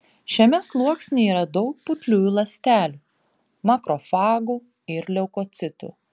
šiame sluoksnyje yra daug putliųjų ląstelių makrofagų ir leukocitų